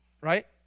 Right